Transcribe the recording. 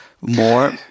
more